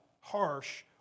harsh